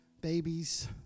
Babies